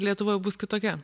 lietuva jau bus kitokia